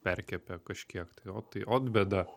perkepė kažkiek tai o tai ot bėda